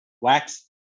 Wax